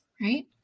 right